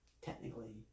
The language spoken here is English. technically